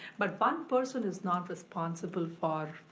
but one person is not responsible for,